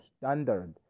standard